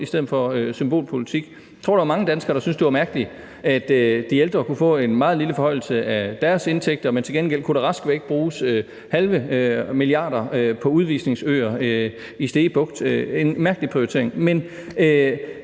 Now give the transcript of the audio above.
i stedet for symbolpolitik. Jeg tror, der var mange danskere, der syntes, det var mærkeligt, at de ældre kunne få en meget lille forhøjelse af deres indtægter, men til gengæld kunne der raskvæk bruges halve milliarder på udvisningsøer i Stege Bugt. Det var en mærkelig prioritering.